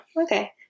Okay